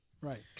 Right